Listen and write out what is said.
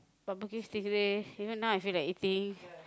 barbecue stingray you know now I feel like eating